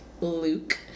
Luke